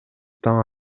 таң